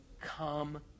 come